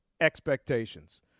expectations